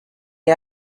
est